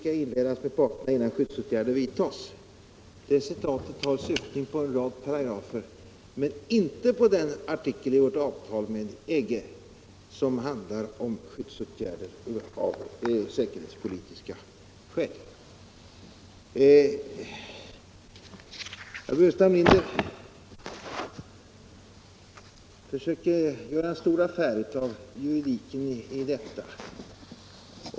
Det citat som herr Burenstam Linder anförde har syftning på en rad paragrafer men inte på den artikel i vårt avtal med EG som handlar om skyddsåtgärder av säkerhetspolitiska skäl. Herr Burenstam Linder försöker göra en stor affär av juridiken i detta.